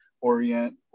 Orient